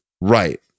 Right